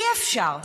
אי-אפשר.